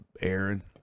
Aaron